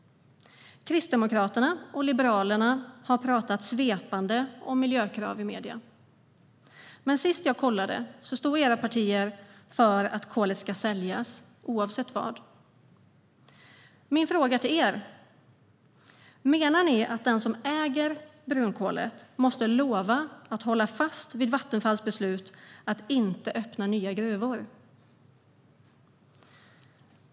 Kristdemokraterna och Liberalerna har i medierna pratat svepande om miljökrav, men sist jag kollade stod era partier för att kolet ska säljas i vilket fall som helst. Min fråga till er är: Menar ni att den som äger brunkolet måste lova att hålla fast vid Vattenfalls beslut att inte öppna nya gruvor?